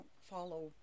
follow